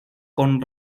con